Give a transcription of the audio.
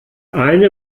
eine